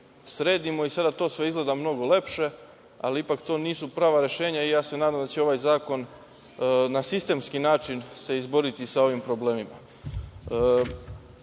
i sada to sve izgleda mnogo lepše, ali ipak to nisu prava rešenja i ja se nadam da će ovaj zakon na sistemski način se izboriti sa ovim problemima. Smatram